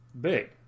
big